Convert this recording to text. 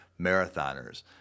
marathoners